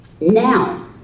now